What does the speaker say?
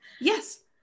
Yes